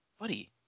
Buddy